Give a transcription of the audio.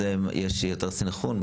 ואז יש יותר סנכרון,